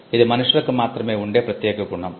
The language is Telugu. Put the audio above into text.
ఇది మనుష్యులకు మాత్రమే వుండే ప్రత్యేక గుణం